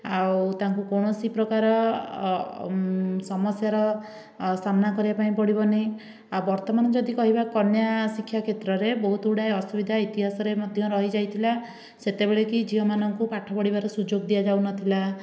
ଆଉ ତାଙ୍କୁ କୌଣସି ପ୍ରକାରର ସମସ୍ୟାର ସାମ୍ନା କରିବାପାଇଁ ପଡ଼ିବନି ଆଉ ବର୍ତ୍ତମାନ ଯଦି କହିବା କନ୍ୟା ଶିକ୍ଷା କ୍ଷେତ୍ରରେ ବହୁତ ଗୁଡ଼ାଏ ଅସୁବିଧା ଇତିହାସରେ ମଧ୍ୟ ରହିଯାଇଥିଲା ସେତେବେଳେ କି ଝିଅମାନଙ୍କୁ ପାଠ ପଢ଼ିବାର ସୁଯୋଗ ଦିଆଯାଉନଥିଲା